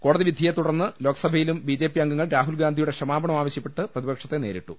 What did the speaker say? കോടതി വിധിയെതുടർന്ന് ലോക്സഭയിലും ബിജെപി അംഗങ്ങൾ രാഹുൽഗാന്ധിയുടെ ക്ഷമാപണം ആവശ്യപ്പെട്ട് പ്രതിപക്ഷത്തെ നേരിട്ടു